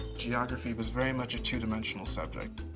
geography was very much a two dimensional subject.